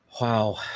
Wow